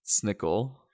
Snickle